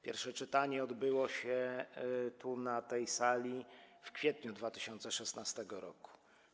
Pierwsze czytanie odbyło się na tej sali w kwietniu 2016 r.